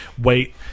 wait